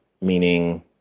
meaning